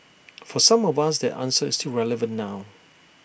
for some of us that answer is still relevant now